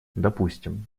допустим